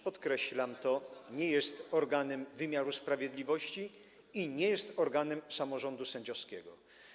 Podkreślam to, nie jest organem wymiaru sprawiedliwości i nie jest organem samorządu sędziowskiego.